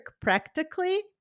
practically